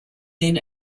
then